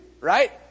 right